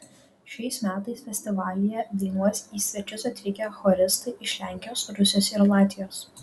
šiais metais festivalyje dainuos į svečius atvykę choristai iš lenkijos rusijos ir latvijos